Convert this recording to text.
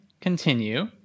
continue